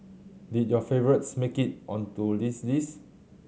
did your favourites make it onto this list